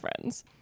friends